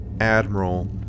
admiral